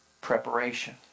preparation